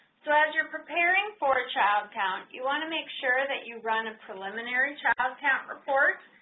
so as you're preparing for child count you want to make sure that you run a preliminary child count report.